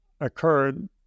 occurred